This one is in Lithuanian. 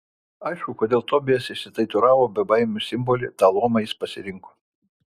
aišku kodėl tobijas išsitatuiravo bebaimių simbolį tą luomą jis pasirinko